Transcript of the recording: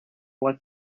what